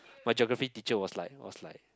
my Geography teacher was like was like